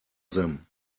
them